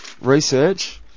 research